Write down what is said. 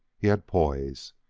he had poise.